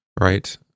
right